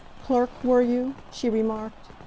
clerk, were you? she remarked.